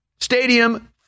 stadium